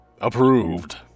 Approved